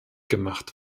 gemacht